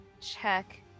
check